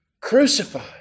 crucified